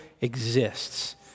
exists